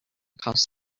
cause